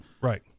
Right